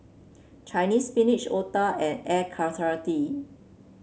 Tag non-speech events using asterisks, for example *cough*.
Chinese Spinach otah and air *unintelligible*